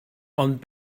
ond